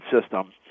system